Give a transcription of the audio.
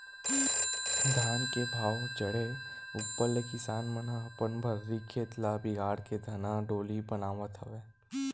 धान के भाव चड़हे ऊपर ले किसान मन ह अपन भर्री खेत ल बिगाड़ के धनहा डोली बनावत हवय